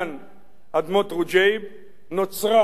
אדמות רוג'ייב נוצרה, אני מצטט